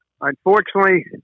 Unfortunately